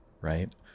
right